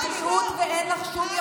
נכון,